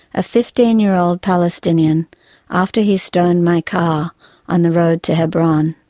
a fifteen year old palestinian after he stoned my car on the road to hebron.